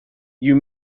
you